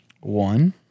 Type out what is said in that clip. one